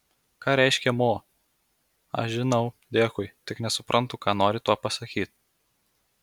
ką reiškia mo aš žinau dėkui tik nesuprantu ką nori tuo pasakyti